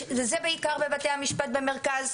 בעיקר בבתי המשפט במרכז.